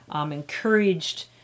encouraged